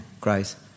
Christ